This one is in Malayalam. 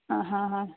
ആ ഹാ ആ